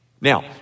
Now